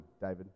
David